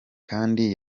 kandi